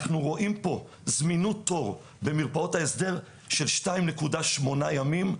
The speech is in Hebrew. אנחנו רואים פה זמינות תור במרפאות ההסדר של 2.8 ימים.